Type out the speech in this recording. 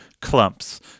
clumps